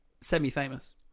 semi-famous